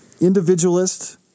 individualist